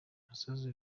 umusozi